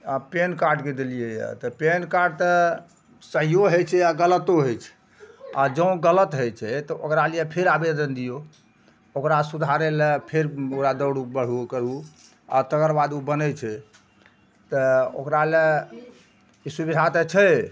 आओर पेनकार्डके देलियैए तऽ पेनकार्ड तऽ सहियो हइ छै आओर गलतो होइ छै आओर जउ गलत हइ छै तऽ ओकरा लिये फेर आवेदन दियौ ओकरा सुधारै लए फेर ओकरा दौड़ू बढ़ू करू आओर तकर बाद उ बनय छै तऽ ओकरा लए ई सुविधा तऽ छै